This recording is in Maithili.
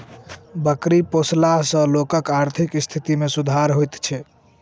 बकरी पोसला सॅ लोकक आर्थिक स्थिति मे सुधार होइत छै